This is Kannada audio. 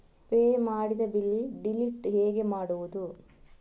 ಪೇ ಮಾಡಿದ ಬಿಲ್ ಡೀಟೇಲ್ ಹೇಗೆ ನೋಡುವುದು?